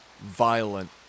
violent